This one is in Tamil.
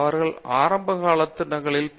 அவர்கள் ஆரம்ப ஆண்டுகளில் அல்லது தங்கள் பி